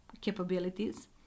capabilities